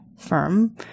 firm